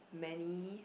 many